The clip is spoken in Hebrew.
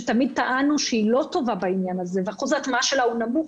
שתמיד טענו שהיא לא טובה בעניין הזה ואחוז ההטמעה שלה הוא נמוך,